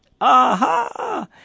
Aha